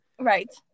Right